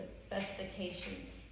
specifications